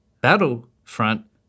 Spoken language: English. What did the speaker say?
Battlefront